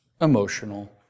emotional